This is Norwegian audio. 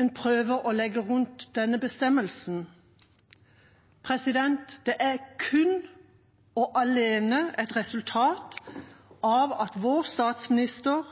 en prøver å legge rundt denne bestemmelsen, er det kun og alene et resultat av at vår statsminister